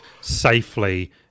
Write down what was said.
safely